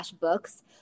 books